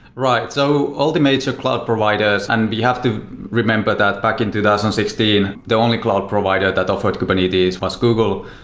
right. so all the major cloud providers, and we have to remember that back in two thousand and sixteen the only cloud provider that offered kubernetes was google.